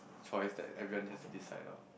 choice that everyone has to decide lor